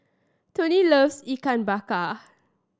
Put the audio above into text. Toni loves Ikan Bakar